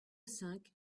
cinq